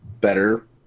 better